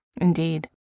Indeed